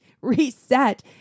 reset